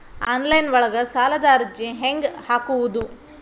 Online ಒಳಗ ಸಾಲದ ಅರ್ಜಿ ಹೆಂಗ್ ಹಾಕುವುದು?